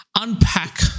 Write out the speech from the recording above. unpack